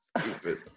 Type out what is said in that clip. Stupid